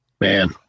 Man